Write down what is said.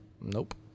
Nope